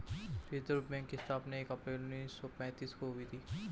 reserve bank की स्थापना एक अप्रैल उन्नीस सौ पेंतीस को हुई थी